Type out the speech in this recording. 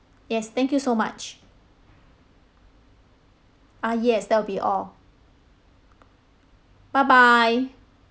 yes thank you so much uh yes that will be all bye bye